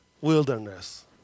wilderness